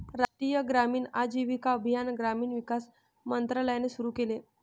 राष्ट्रीय ग्रामीण आजीविका अभियान ग्रामीण विकास मंत्रालयाने सुरू केले